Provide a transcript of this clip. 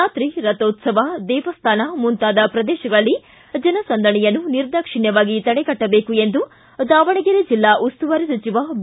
ಜಾತ್ರೆ ರಥೋತ್ಸವ ದೇವಸ್ಥಾನ ಮುಂತಾದ ಪ್ರದೇಶಗಳಲ್ಲಿ ಜನಸಂದಣಿಯನ್ನು ನಿರ್ದಾಕ್ಷಿಣ್ಠವಾಗಿ ತಡೆಗಟ್ಟಬೇಕು ಎಂದು ದಾವಣಗರೆ ಜಿಲ್ಲಾ ಉಸ್ತುವಾರಿ ಸಚಿವ ಬಿ